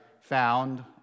found